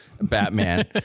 Batman